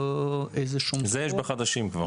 זה יש בחדשים כבר.